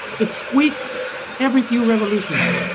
it squeaks every few revolutions,